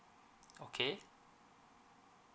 okay